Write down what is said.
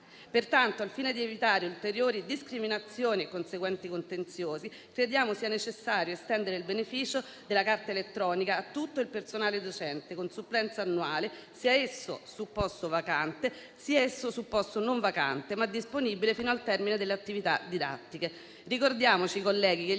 Pertanto, al fine di evitare ulteriori discriminazioni e conseguenti contenziosi, crediamo sia necessario estendere il beneficio della carta elettronica a tutto il personale docente con supplenza annuale, sia esso su posto vacante, sia esso su posto non vacante, ma disponibile fino al termine delle attività didattiche.